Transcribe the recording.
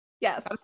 Yes